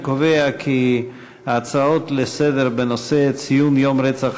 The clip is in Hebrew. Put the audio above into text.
אני קובע כי ההצעות לסדר-היום בנושא ציון יום רצח